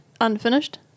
unfinished